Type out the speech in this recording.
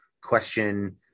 question